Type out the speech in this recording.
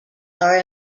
are